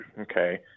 okay